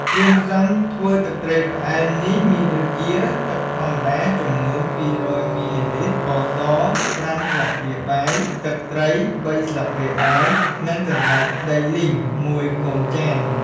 គ្រឿងផ្សំធ្វើទឹកត្រីផ្អែមនេះមានដូចជា ទឹកធម្មតាចំនួន ២០០មីលីលីត្រ ស្ករស ប្រាំស្លាបព្រាបាយ ទឹកត្រីបីស្លាបព្រាបាយ និងសណ្ដែកដីលីងមួយកូនចាន ។